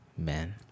amen